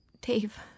Dave